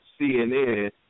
CNN